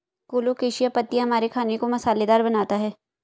colocasia पत्तियां हमारे खाने को मसालेदार बनाता है